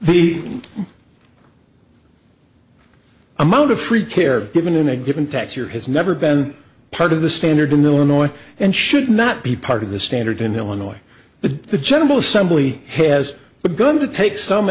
the amount of free care given in a given tax year has never been part of the standard in illinois and should not be part of the standard in illinois the the general assembly has begun to take some